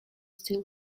still